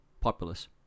populace